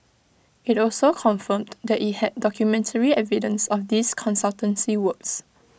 IT also confirmed that IT had documentary evidence of these consultancy works